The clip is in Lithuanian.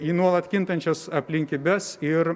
į nuolat kintančias aplinkybes ir